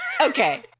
Okay